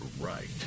right